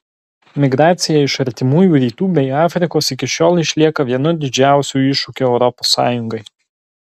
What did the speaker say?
migracija iš artimųjų rytų bei afrikos iki šiol išlieka vienu didžiausių iššūkių europos sąjungai